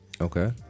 Okay